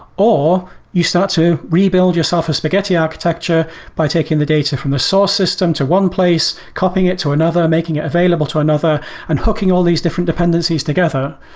or you start to rebuild yourself a spaghetti architecture by taking the data from a source system to one place, copying it to another and making it available to another and hooking all these different dependencies together,